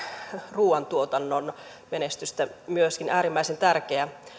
ruoantuotannon menestystä myöskin siis äärimmäisen tärkeä